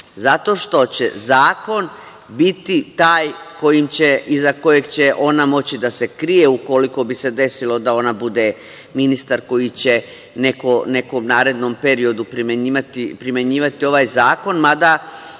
zato što će zakon biti taj iza kojeg će ona moći da se krije ukoliko bi se desilo da ona bude ministar koji će u nekom narednom periodu primenjivati ovaj zakon, mada